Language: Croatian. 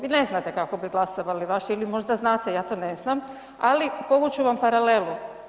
Vi ne znate kako bi glasovali vaši ili možda znate, ja to ne znam, ali povuć ću vam paralelu.